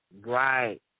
Right